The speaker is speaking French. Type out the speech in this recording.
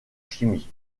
chimie